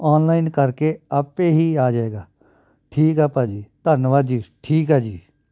online ਕਰਕੇ ਆਪੇ ਹੀ ਆ ਜਾਵੇਗਾ ਠੀਕ ਆ ਭਾਅ ਜੀ ਧੰਨਵਾਦ ਜੀ ਠੀਕ ਆ ਜੀ